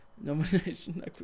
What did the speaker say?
Nomination